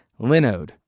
linode